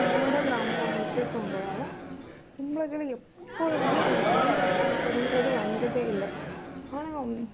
எங்களோட கிராமம் வந்துட்டு தும்பலம் தும்பலத்தில் எப்பவுமே தண்ணி பற்றாக்குறைகிறது வந்ததே இல்லை ஆனால்